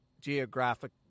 geographic